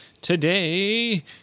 Today